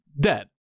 dead